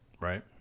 Right